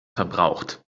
verbraucht